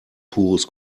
pures